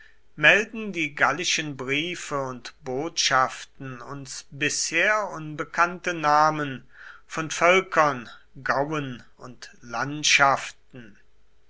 melden die gallischen briefe und botschaften uns bisher unbekannte namen von völkern gauen und landschaften